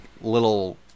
little